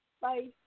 Bye